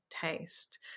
taste